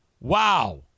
wow